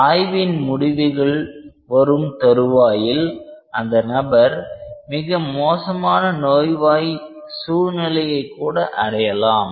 ஆய்வின் முடிவுகள் வரும் தருவாயில் அந்த நபர் மிக மோசமான நோய்வாய் சூழ்நிலையை கூட அடையலாம்